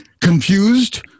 confused